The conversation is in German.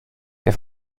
der